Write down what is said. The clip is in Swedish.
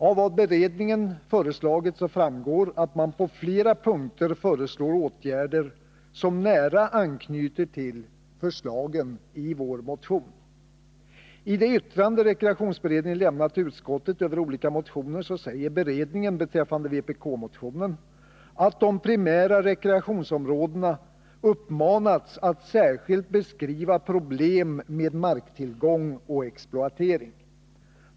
Av beredningens rapport framgår att man på flera punkter föreslår åtgärder som nära anknyter till förslagen i vår motion. I det yttrande rekreationsberedningen lämnat till utskottet över olika motioner säger beredningen beträffande vpk-motionen att de primära rekreationsområdena uppmanats att särskilt beskriva problem med marktillgång och exploatering.